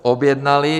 Objednali!